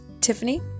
Tiffany